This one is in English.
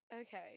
Okay